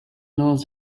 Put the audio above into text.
knows